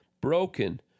broken